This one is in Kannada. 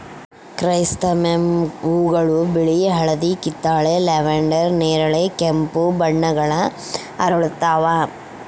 ಕ್ರೈಸಾಂಥೆಮಮ್ ಹೂವುಗಳು ಬಿಳಿ ಹಳದಿ ಕಿತ್ತಳೆ ಲ್ಯಾವೆಂಡರ್ ನೇರಳೆ ಕೆಂಪು ಬಣ್ಣಗಳ ಅರಳುತ್ತವ